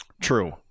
True